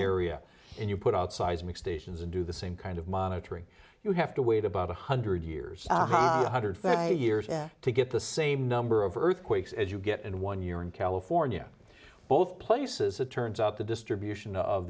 miria and you put out seismic stations and do the same kind of monitoring you have to wait about one hundred years one hundred for years to get the same number of earthquakes as you get in one year in california both places it turns out the distribution of